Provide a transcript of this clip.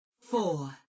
four